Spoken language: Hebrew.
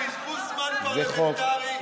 זה בזבוז זמן פרלמנטרי.